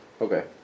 Okay